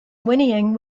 whinnying